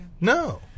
No